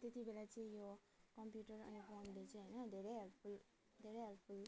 त्यति बेला चाहिँ यो कम्प्युटर अनि फोनले चाहिँ होइन धेरै हेल्पफुल धेरै हेल्पफुल